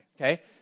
okay